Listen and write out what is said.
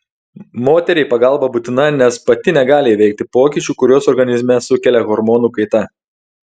moteriai pagalba būtina nes pati negali įveikti pokyčių kuriuos organizme sukelia hormonų kaita